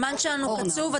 הזמן שלנו קצוב,